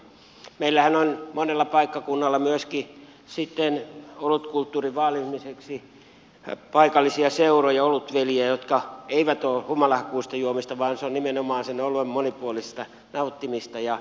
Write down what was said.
meillähän on monella paikkakunnalla myöskin olutkulttuurin vaalimiseksi paikallisia seuroja olutveljiä joissa ei ole humalahakuista juomista vaan se on nimenomaan oluen monipuolista nauttimista